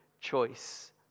choice